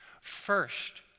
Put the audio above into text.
First